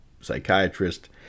psychiatrist